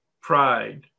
Pride